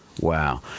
Wow